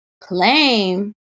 claim